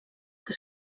que